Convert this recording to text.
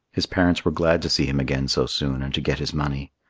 his parents were glad to see him again so soon and to get his money.